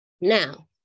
Now